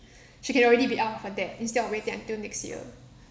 she can already be out of her debt instead of waiting until next year